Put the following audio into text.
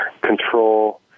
control